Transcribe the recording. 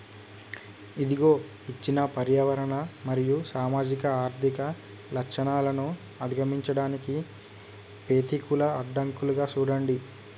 ఇదిగో ఇచ్చిన పర్యావరణ మరియు సామాజిక ఆర్థిక లచ్చణాలను అధిగమించడానికి పెతికూల అడ్డంకులుగా సూడండి